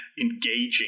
engaging